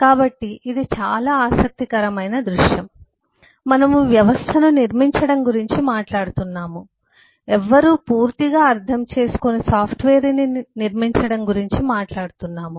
కాబట్టి ఇది చాలా ఆసక్తికరమైన దృశ్యం మనము వ్యవస్థను నిర్మించడం గురించి మాట్లాడుతున్నాము ఎవ్వరూ పూర్తిగా అర్థం చేసుకోని సాఫ్ట్వేర్ను నిర్మించడం గురించి మాట్లాడుతున్నాము